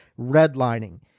redlining